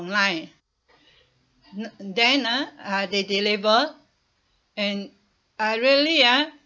then ah uh they deliver and I really ah